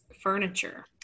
furniture